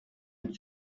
est